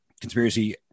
conspiracy